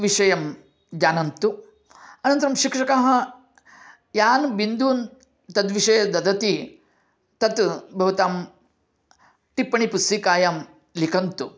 विषयं जानन्तु अनन्तरं शिक्षकाः यान् बिन्दून् तद्विषये ददति तत् भवतां टिप्पणी पुस्तिकायां लिखन्तु